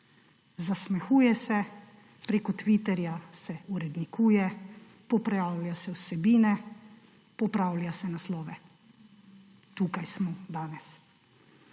Zasmehuje se, preko Tvitterja se urednikuje, popravlja se vsebine, popravlja se naslove. Tukaj smo danes.